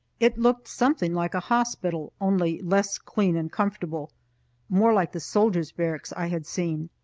it looked something like a hospital, only less clean and comfortable more like the soldiers' barracks i had seen.